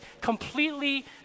completely